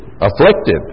afflicted